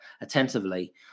attentively